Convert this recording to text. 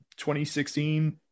2016